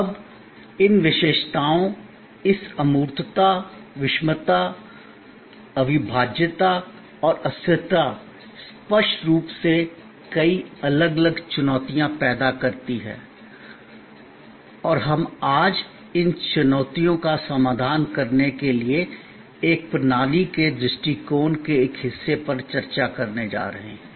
अब इन विशेषताओं इस अमूर्तता विषमता अविभाज्यता और अस्थिरता स्पष्ट रूप से कई अलग अलग चुनौतियां पैदा करती हैं और हम आज इन चुनौतियों का समाधान करने के लिए एक प्रणाली के दृष्टिकोण के एक हिस्से पर चर्चा करने जा रहे हैं